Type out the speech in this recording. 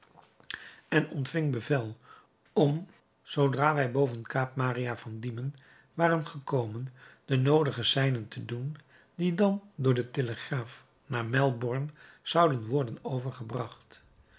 en ontving bevel om zoodra wij boven kaap maria van diemen waren gekomen de noodige seinen te doen die dan door den telegraaf naar melbourne zouden worden overgebracht